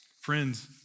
Friends